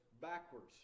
backwards